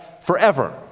forever